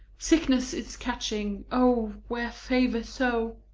sickness is catching o, were favour so,